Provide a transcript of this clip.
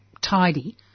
tidy